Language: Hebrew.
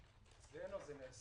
ואנשים עוד לא התחילו להגיש בקשות,